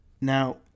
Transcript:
Now